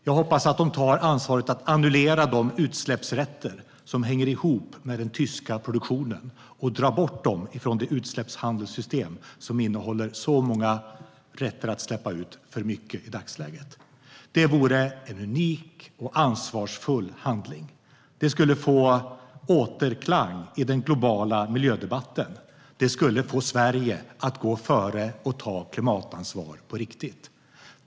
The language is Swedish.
Jag hoppas att den tar ansvaret att annullera de utsläppsrätter som hänger ihop med den tyska produktionen och dra bort dem från det utsläppshandelssystem som innehåller så många rätter att släppa ut för mycket i dagsläget. Det vore en unik och ansvarsfull handling. Det skulle få återklang i den globala miljödebatten. Det skulle få Sverige att gå före och ta klimatansvar på riktigt.